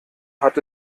hat